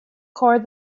cord